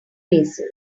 basil